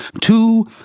two